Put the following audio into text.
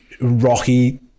rocky